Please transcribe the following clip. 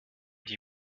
die